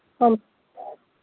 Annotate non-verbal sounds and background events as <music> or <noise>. <unintelligible>